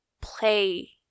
play